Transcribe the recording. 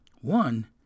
One